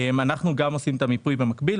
אנחנו גם עושים את המיפוי במקביל,